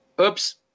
oops